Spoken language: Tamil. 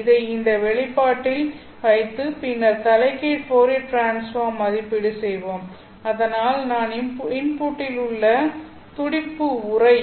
இதை இந்த வெளிப்பாட்டில் வைத்து பின்னர் தலைகீழ் போரியர் டிரான்ஸ்பார்ம் ஐ மதிப்பீடு செய்வோம் அதனால் நான் இன்புட்டில் உள்ள துடிப்பு உறை